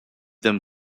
them